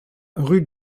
rue